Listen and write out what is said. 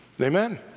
Amen